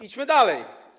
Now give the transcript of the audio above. Idźmy dalej.